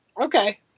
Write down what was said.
Okay